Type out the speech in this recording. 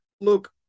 look